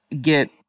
get